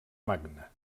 magna